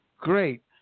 Great